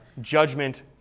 judgment